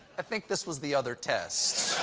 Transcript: i think this was the other test.